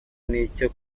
n’icyo